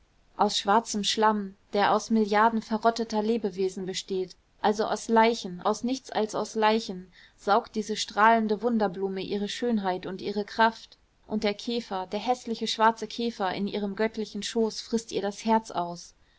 aus schwarzem schlamm der aus milliarden verrotteter lebewesen besteht also aus leichen aus nichts als aus leichen saugt diese strahlende wunderblume ihre schönheit und ihre kraft und der käfer der häßliche schwarze käfer in ihrem göttlichen schoß frißt ihr das herz aus